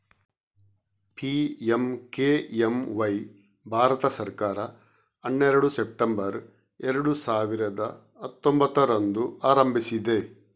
PMKMY Bharat ಸರ್ಕಾರ ಹನ್ನೆರಡು September ಎರಡು ಸಾವಿರದ ಹತ್ತೊಂಭತ್ತರಂದು ಆರಂಭಿಸಿದೆ